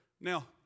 Now